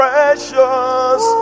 Precious